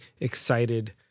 excited